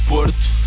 Porto